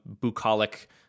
bucolic